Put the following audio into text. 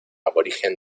aborigen